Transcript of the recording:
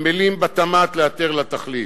עמלים בתמ"ת לאתר לה תחליף.